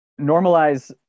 normalize